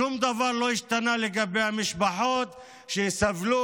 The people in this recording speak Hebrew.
שום דבר לא השתנה לגבי המשפחות שסבלו,